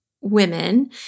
women